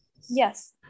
Yes